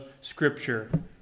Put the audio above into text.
scripture